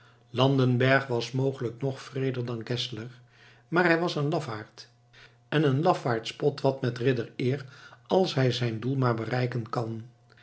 landenberg was mogelijk nog wreeder dan geszler maar hij was een lafaard en een lafaard spot wat met riddereer als hij zijn doel maar bereiken kan